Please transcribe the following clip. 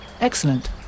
Excellent